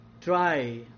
try